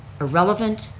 irrelevant,